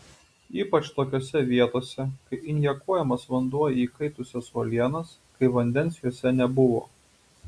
ypač tokiose vietose kai injekuojamas vanduo į įkaitusias uolienas kai vandens juose nebuvo